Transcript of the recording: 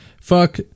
Fuck